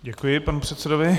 Děkuji panu předsedovi.